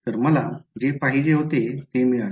तर मला जे पाहिजे होते ते मिळाले